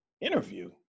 interview